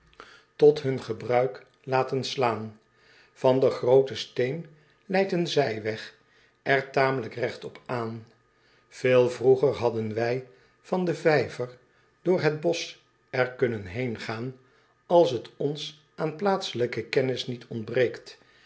tot hun gebruik laten slaan an den grooten steen leidt een zijweg er tamelijk regt op aan eel vroeger hadden wij van den vijver door het bosch er kunnen heengaan als t ons aan plaatselijke kennis niet ontbreekt